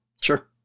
Sure